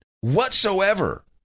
whatsoever